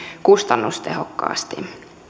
kustannustehokkaasti